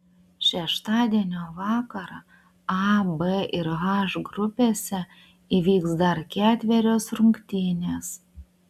šeštadienio vakarą a b ir h grupėse įvyks dar ketverios rungtynės